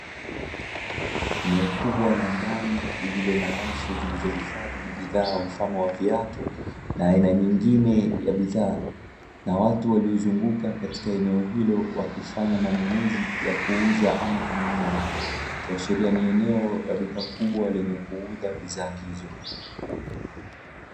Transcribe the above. Eneo kubwa la ndani lililo na rafu zilizohifadhi bidhaa mfano wa viatu, na aina nyingine ya bidhaa. Na watu waliozunguka katika eneo hilo wakifanya manunuzi ya kuuza ama kununua. Ikiashiria ni eneo la duka kubwa lenye kuuza bidhaa hizo.